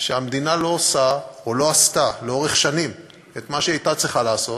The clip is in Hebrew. שהמדינה לא עושה או לא עשתה לאורך שנים את מה שהיא הייתה צריכה לעשות,